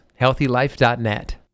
HealthyLife.net